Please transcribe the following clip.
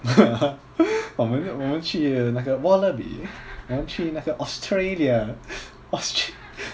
我们我们去那个 wallaby 我们去那个 australia aust~